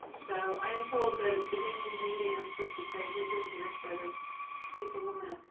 so i am told the beginning meeting i'm supposed to say who's in here so that people will know